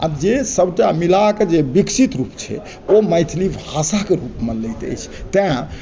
आ जे सबटा मिला कऽ जे विकसित रूप छै ओ मैथिली भाषा के रूप मे लैत अछि तैं